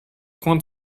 coin